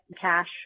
cash